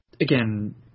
Again